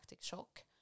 shock